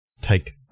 take